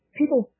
people